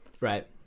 right